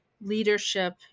leadership